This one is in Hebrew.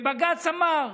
ובג"ץ אמר: